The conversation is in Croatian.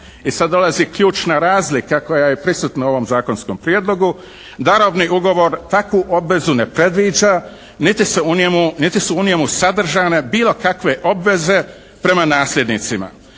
I sad dolazi ključna razlika koja je prisutna u ovom zakonskom prijedlogu. Darovni ugovor takvu obvezu ne predviđa niti su u njemu sadržane bilo kakve obveze prema nasljednicima.